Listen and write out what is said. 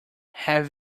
have